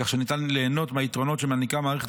כך שניתן ליהנות מהיתרונות שמעניקה מערכת